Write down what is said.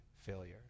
failure